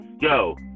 yo